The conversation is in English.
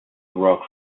rock